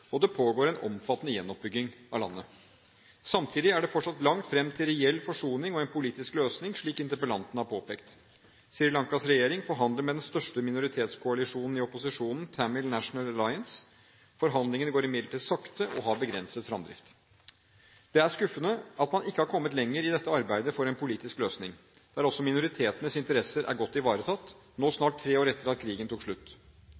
og det pågår en omfattende gjenoppbygging av landet. Samtidig er det fortsatt langt fram til reell forsoning og en politisk løsning, slik interpellanten har påpekt. Sri Lankas regjering forhandler med den største minoritetskoalisjonen i opposisjonen, Tamil National Alliance. Forhandlingene går imidlertid sakte og har begrenset fremdrift. Det er skuffende at man ikke har kommet lenger i dette arbeidet for en politisk løsning der også minoritetens interesser er godt ivaretatt, nå snart tre år etter at krigen tok slutt.